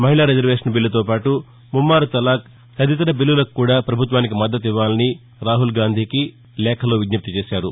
మహిళా రిజర్వేషన్ బిల్లుతో పాటు ముమ్మారు తలాక్ తదితర బిల్లులకు కూడా పభుత్వానికి మద్దతునివ్వాలని రాహుల్ గాంధీకి రవిశంకర్ ప్రపసాద్ విజ్ఞప్తి చేశారు